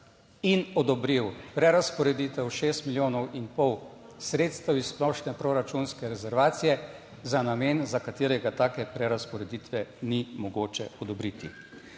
in odobril prerazporeditev šest milijonov in pol sredstev iz splošne proračunske rezervacije za namen, za katerega take prerazporeditve ni mogoče odobriti?